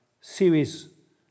series